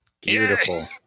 Beautiful